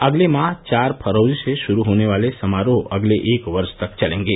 अगले माह चार फरवरी से शुरू होने वाले समारोह अगले एक वर्ष तक चलेंगे